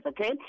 okay